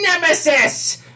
nemesis